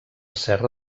serra